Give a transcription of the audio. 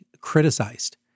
criticized